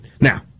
Now